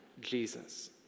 Jesus